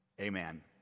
Amen